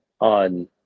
on